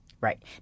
Right